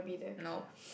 nope